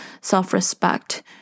self-respect